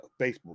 Facebook